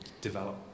develop